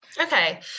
Okay